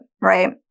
right